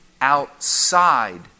outside